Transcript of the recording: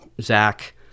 Zach